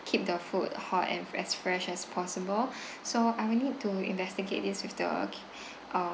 keep the food hot and as fresh as possible so I will need to investigate this with the ki~ uh